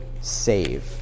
save